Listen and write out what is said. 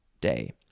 Day